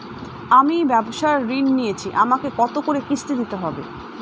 আমি ব্যবসার ঋণ নিয়েছি আমাকে কত করে কিস্তি দিতে হবে?